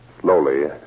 Slowly